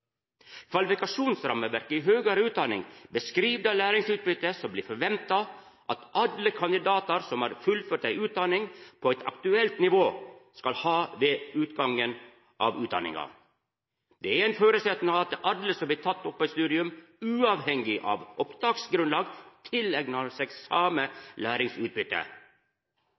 Kvalifikasjonsrammeverket i høgare utdanning beskriv det læringsutbyttet som blir forventa at alle kandidatane som har fullført ei utdanning på eit aktuelt nivå, skal ha ved enda utdanning. Det er ein føresetnad at alle som blir tatt opp på eit studium, uavhengig av opptaksgrunnlag,